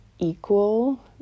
Equal